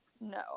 No